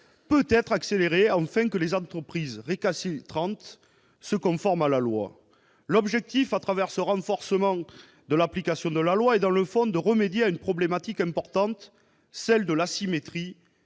peut être accélérée afin que les entreprises récalcitrantes se conforment à la loi. L'objectif de ce renforcement de l'application de la loi est, dans le fond, de remédier à un problème important, celui de l'asymétrie